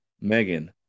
Megan